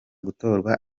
gutorwa